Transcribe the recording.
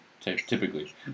typically